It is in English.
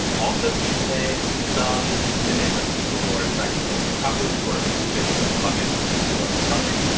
also, each day, some percentage of the people who are infected will recover and sort of move into the bucket. the people who are recovered.